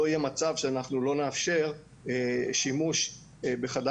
לא יהיה מצב שאנחנו לא נאפשר שימוש בחדר